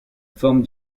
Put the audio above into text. forme